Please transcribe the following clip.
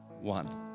one